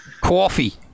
Coffee